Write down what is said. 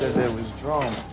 there was drama.